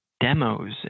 demos